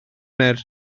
gwener